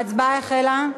ההצבעה החלה.